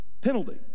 penalty